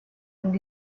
und